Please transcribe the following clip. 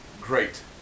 great